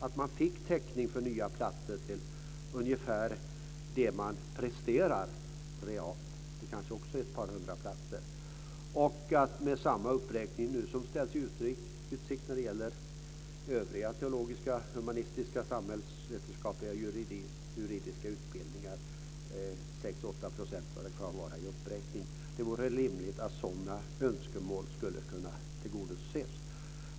Att man fick täckning för nya platser till ungefär det man presterar realt. Det kanske också är ett par hundra platser. Och att man får samma uppräkning som ställs i utsikt för övriga teologiska, humanistiska, samhällsvetenskapliga och juridiska utbildningar, 6-8 % eller vad det kan vara. Det vore rimligt att sådana önskemål kunde tillgodoses.